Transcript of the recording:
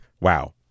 Wow